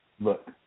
Look